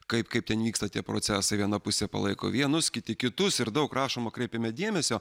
kaip kaip ten vyksta tie procesai viena pusė palaiko vienus kiti kitus ir daug rašoma kreipiama dėmesio